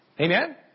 Amen